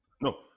No